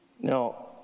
Now